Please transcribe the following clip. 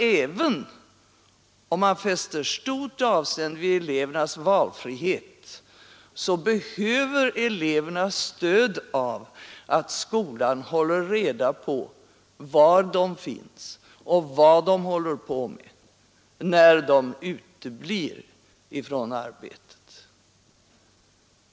Även om man fäster stort avseende vid elevernas valfrihet, så behöver eleverna stödet av att skolan håller reda på var de finns och vad de håller på med när de uteblir från arbetet.